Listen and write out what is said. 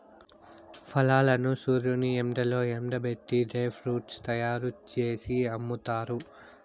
ఫలాలను సూర్యుని ఎండలో ఎండబెట్టి డ్రై ఫ్రూట్స్ తయ్యారు జేసి అమ్ముతారు